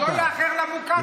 שלא יאחר למוקטעה.